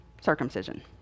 circumcision